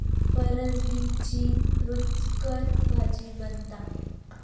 फरसबीची रूचकर भाजी बनता